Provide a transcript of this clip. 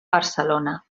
barcelona